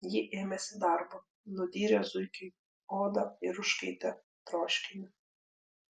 ji ėmėsi darbo nudyrė zuikiui odą ir užkaitė troškinį